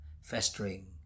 festering